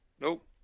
Nope